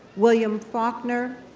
william faulkner,